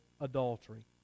adultery